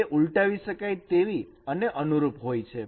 તે ઉલટાવી શકાય તેવી અને અનુરૂપ હોય છે